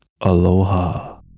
Aloha